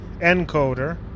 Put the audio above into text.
encoder